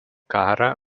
karą